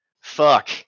fuck